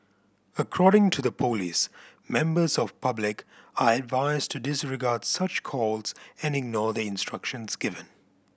according to the police members of public are advised to disregard such calls and ignore the instructions given